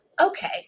Okay